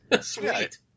Sweet